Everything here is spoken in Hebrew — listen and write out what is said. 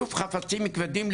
איסוף חפצים כבדים,